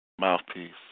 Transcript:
Mouthpiece